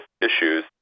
issues